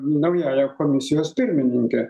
naująja komisijos pirmininke